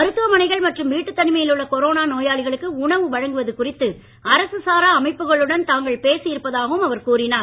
மருத்துவமனைகள் மற்றும் வீட்டுத் தனிமையில் உள்ள கொரோனா நோயாளிகளுக்கு உணவு வழங்குவது குறித்து அரசு சாரா அமைப்புகளுடன் தாங்கள் பேசி இருப்பதாகவும் அவர் கூறினார்